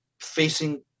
facing